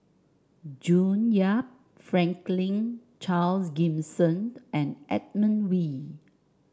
June Yap Franklin Charles Gimson and Edmund Wee